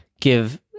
give